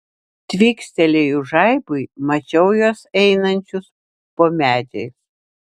tvykstelėjus žaibui mačiau juos einančius po medžiais